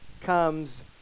comes